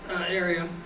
area